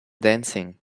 dancing